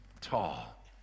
tall